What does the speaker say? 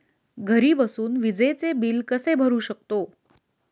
घरी बसून विजेचे बिल कसे भरू शकतो?